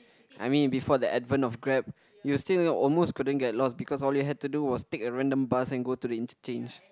I mean before the advent of grab you still almost couldn't get lost because all you had to do was take a random bus and go to the interchange